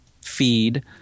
feed